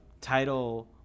title